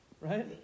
Right